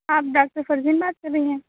آپ ڈاکٹر فردین بات کر رہی ہیں